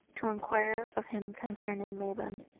to inquire of him concerning mabon.